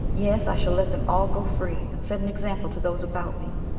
yes, i shall let them all go free, and set an example to those about me.